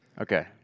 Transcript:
Okay